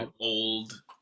old